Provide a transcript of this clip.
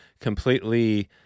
completely